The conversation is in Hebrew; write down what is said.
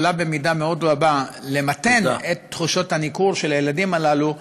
יכולה במידה מאוד רבה למתן את תחושות הניכור של הילדים הללו,